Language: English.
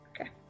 Okay